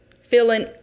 feeling